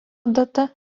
data